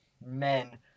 Men